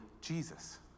Jesus